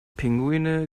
pinguine